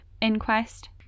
Inquest